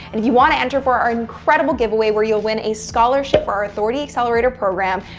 and if you want to enter for our incredible giveaway, where you'll win a scholarship for our authority accelerator program,